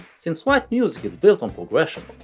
since white music is built on progression.